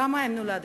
פעמיים נולדתי.